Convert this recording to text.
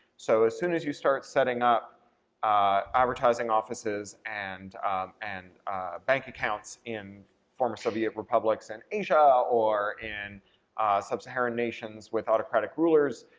so as soon as you start setting up advertising offices and and bank accounts in former soviet republics and asia, or in sub-saharan nations with autocratic rulers,